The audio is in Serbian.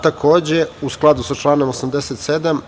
Takođe, u skladu sa članom 87.